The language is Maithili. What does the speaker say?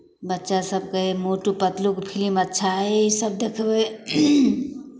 बच्चासभ कहय मोटू पतलूके फिलिम अच्छा हइ ईसभ देखबै